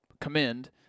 commend